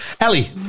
Ellie